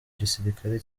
gisirikare